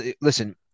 listen